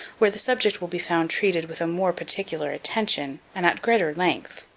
where the subject will be found treated with a more particular attention, and at greater length,